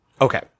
Okay